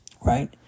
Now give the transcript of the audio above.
right